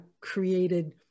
created